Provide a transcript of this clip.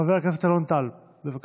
חבר הכנסת אלון טל, בבקשה.